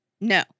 No